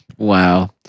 Wow